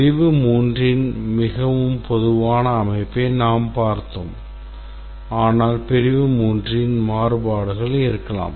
பிரிவு 3 இன் மிகவும் பொதுவான அமைப்பை நாங்கள் பார்த்தோம் ஆனால் பிரிவு 3 இன் மாறுபாடுகள் இருக்கலாம்